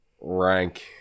rank